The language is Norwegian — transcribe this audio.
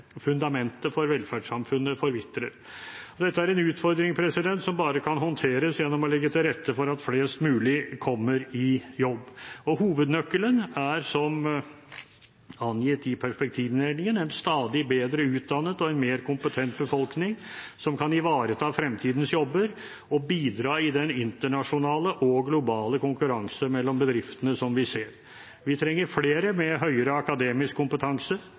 Fundamentet for velferdssamfunnet forvitrer. Dette er en utfordring som bare kan håndteres gjennom å legge til rette for at flest mulig kommer i jobb. Hovednøkkelen er, som angitt i perspektivmeldingen, en stadig bedre utdannet og mer kompetent befolkning som kan ivareta fremtidens jobber og bidra i den internasjonale og globale konkurransen mellom bedriftene som vi ser. Vi trenger flere med høyere akademisk kompetanse,